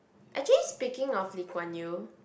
actually speaking of Lee-Kuan-Yew